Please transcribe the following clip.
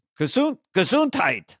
Gesundheit